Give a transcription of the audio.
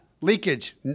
leakage